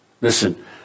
Listen